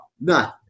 None